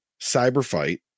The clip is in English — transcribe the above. CyberFight